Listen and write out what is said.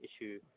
issue